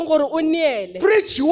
Preach